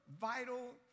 vital